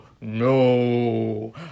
no